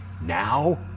now